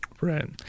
Right